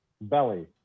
belly